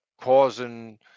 causing